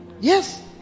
Yes